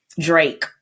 drake